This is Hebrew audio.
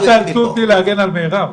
אל תאלצו אותי להגן על מירב.